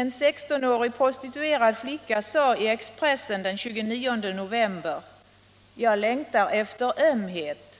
En 16-årig prostituerad flicka sade i Expressen av den 29 november: Jag längtar efter ömhet.